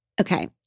okay